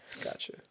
Gotcha